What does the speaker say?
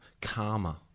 Karma